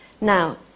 Now